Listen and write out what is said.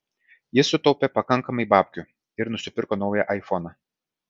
jis sutaupė pakankamai babkių ir nusipirko naują aifoną